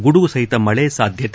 ಗುಡುಗುಸಹಿತ ಮಳೆ ಸಾಧ್ಯತೆ